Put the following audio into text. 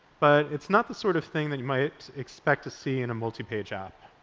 but it's not the sort of thing that you might expect to see in a multi-page app.